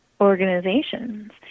organizations